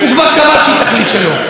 הוא כבר קבע שהיא תחליט שלא.